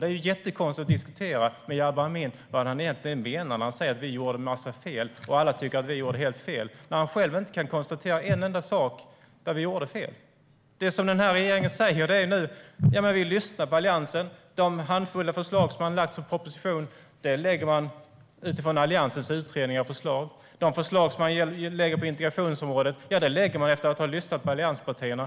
Det är jättekonstigt att diskutera med Jabar Amin vad han egentligen menar när han säger att vi gjorde en massa fel och att alla tycker att vi gjorde helt fel när han själv inte kan ge exempel på en enda sak som vi gjorde fel. Det som denna regering säger är att man lyssnar på Alliansen. Den handfull förslag som man har lagt fram som proposition lägger man fram utifrån Alliansens utredningar och förslag. De förslag som man lägger fram på integrationsområdet lägger man fram efter att lyssnat på allianspartierna.